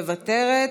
מוותרת,